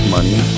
Money